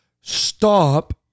stop